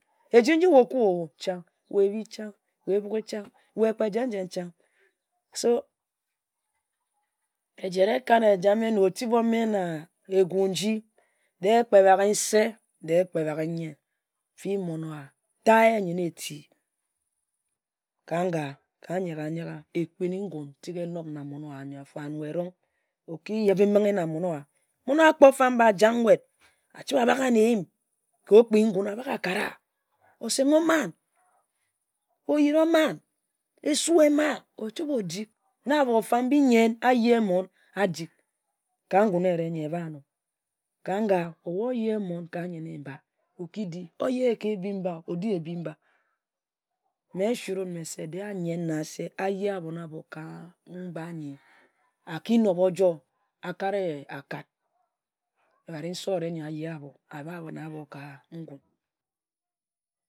Eji nji we okue-o chang, we ebhi chang, ebughe chang, we kpe jen-jen chang. So ejen ekat ejamme na ode otip na egu nji, de-e kpe baghe nse, kpe baghe nyen fii mon-owa, ta yeh nyenne eti, ka-n ga, ka nyera nye ra ekpin tik enob na monowa ayor-afor-ano and we erong oki yebe-mbinghe na mon-owa. Monowa akpor fam-mba ajak nwut, achibe abagha na eyim m ka okpii ngun abak akara osenghe oman, oyiri oman, esu eman, ochibe odik na bofa mbi nyen ayeh monn adik ka ngun-eri nyi eba-anor. Ka nga obu oyeh mon ka nyen-ni mba, oki di, oye he ka ebi-mba, odi ebi mba mme nsi-run mme se, de-e ayen na ase ayeh abon-a bo ka mba nyi nor a ki nob ojor akare akad ebhat nse ore yor abahe na yee ka ngun.